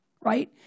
Right